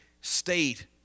state